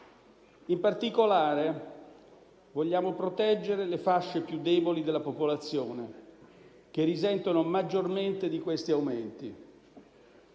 In particolare vogliamo proteggere le fasce più deboli della popolazione, che risentono maggiormente di questi aumenti.